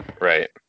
right